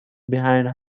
behind